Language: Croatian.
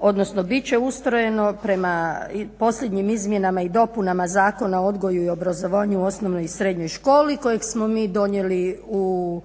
odnosno bit će ustrojeno prema posljednjim izmjenama i dopunama Zakona o odgoju i obrazovanju u osnovnoj i srednjoj školi kojeg smo mi donijeli u